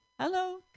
Hello